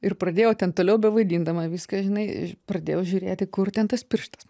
ir pradėjau ten toliau bevaidindama viską žinai pradėjau žiūrėti kur ten tas pirštas